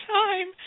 time